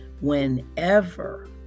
Whenever